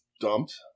dumped